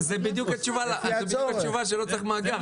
זו בדיוק התשובה שלא צריך מאגר,